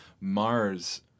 Mars